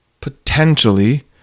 potentially